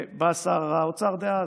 בא שר האוצר דאז,